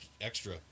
extra